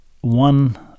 one